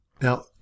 Now